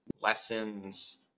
lessons